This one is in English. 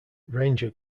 ranger